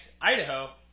Idaho